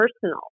personal